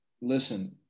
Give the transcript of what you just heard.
listen